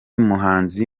muhanzi